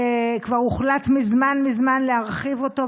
כבר הוחלט מזמן מזמן להרחיב אותו,